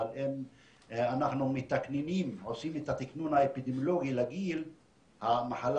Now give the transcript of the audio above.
אבל אם אנחנו עושים את התקנון האפידמיולוגי לגיל המחלה